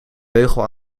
beugel